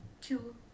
Two